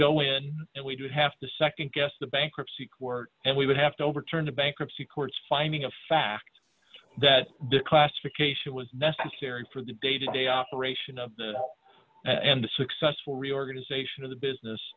go in and we'd have to nd guess the bankruptcy court and we would have to overturn the bankruptcy courts finding of fact that declassification was necessary for the day to day operation and the successful reorganization of the business